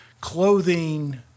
Clothing